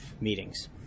meetings